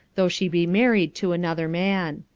though she be married to another man.